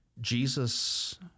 Jesus